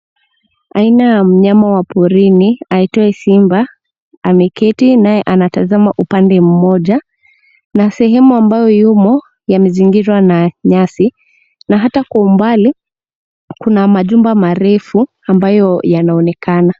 Aina ya mnyama wa porini aitwaye simba ameketi, naye anatazama upande mmoja, na sehemu ambayo yumo, yamezingirwa na nyasi, na hata kwa umbali kuna majumba marefu, ambayo yanaonekana.